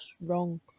wrong